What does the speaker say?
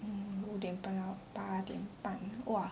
mm 五点半到八点半 !wah!